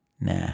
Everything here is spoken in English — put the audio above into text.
nah